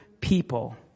People